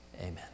amen